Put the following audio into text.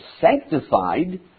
sanctified